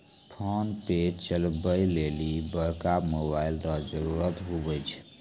PhonePe चलबै लेली बड़का मोबाइल रो जरुरत हुवै छै